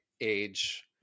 age